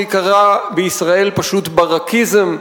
זה ייקרא בישראל פשוט ברקיזם,